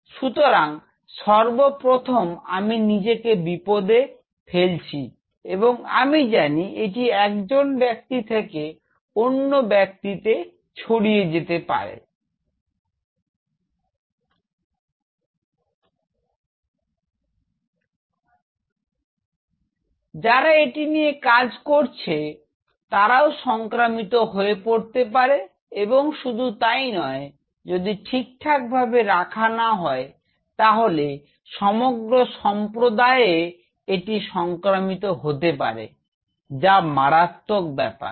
সুতরাং সর্বপ্রথম আমি নিজেকে বিপদে ফেলছি এবং আমি জানি এটি একজন ব্যক্তি থেকে অন্য ব্যক্তিকে ছড়িয়ে যেতে পারে যারা এটি নিয়ে কাজ করছে তারাও সংক্রামিত হয়ে পড়তে পারে এবং শুধু তাই নয় যদি ঠিকঠাক ভাবে রাখা না হয় তাহলে সমগ্র সম্প্রদায় এ এটি সংক্রমিত হতে পারে যা মারাত্মক ব্যাপার